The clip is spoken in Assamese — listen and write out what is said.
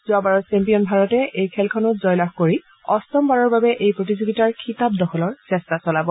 যোৱাবাৰৰ ছেম্পিয়ন ভাৰতে এই খেলখনত জয়লাভ কৰি অষ্টম বাৰৰ বাবে এই প্ৰতিযোগিতাৰ খিতাপ দখলৰ চেষ্টা চলাব